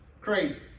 crazy